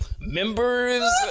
members